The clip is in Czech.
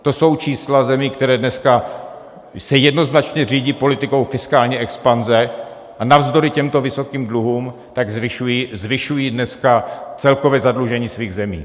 To jsou čísla zemí, které se dneska jednoznačně řídí politikou fiskální expanze, a navzdory těmto vysokým dluhům tak zvyšují dneska celkové zadlužení svých zemí.